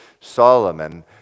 Solomon